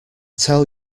tell